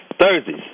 Thursdays